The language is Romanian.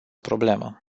problemă